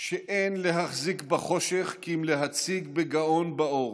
שאין להחזיק בחושך כי אם להציג בגאון באור.